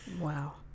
Wow